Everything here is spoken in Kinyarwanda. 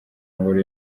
ngoro